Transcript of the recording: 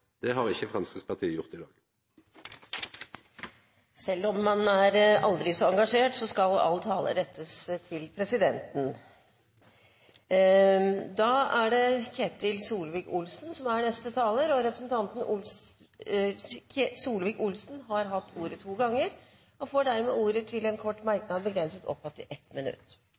Det har ikkje Framstegspartiet gjort i dag. Selv om man er aldri så engasjert, skal all tale rettes til presidenten. Representanten Ketil Solvik-Olsen har hatt ordet to ganger og får ordet til en kort merknad, begrenset til 1 minutt.